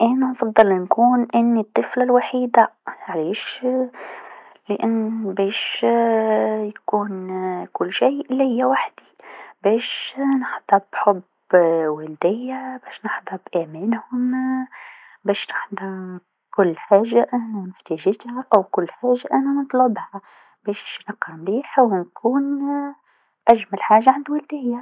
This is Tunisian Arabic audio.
انا نفضل نكون أني الطفله الوحيده علاش لأن باش يكون كل شيء ليا وحدي باش نحظى بحب والديا باش نحظى بأمانهم باش نحظى بكل حاجه أنا محتاجتها أو كل حاجه أنا نطلبها باش نقرا مليح و نكون أجمل حاجه عند والديا.